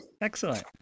excellent